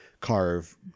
carve